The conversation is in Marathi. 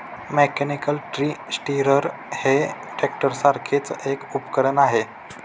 मेकॅनिकल ट्री स्टिरर हे ट्रॅक्टरसारखेच एक उपकरण आहे